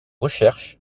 recherches